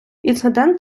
інцидент